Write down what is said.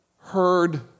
heard